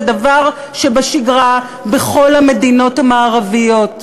זה דבר שבשגרה בכל המדינות המערביות,